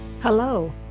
Hello